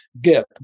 get